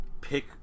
pick